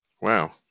Wow